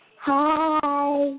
Hi